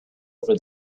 over